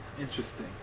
interesting